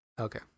Okay